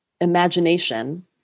imagination